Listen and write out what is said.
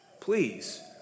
Please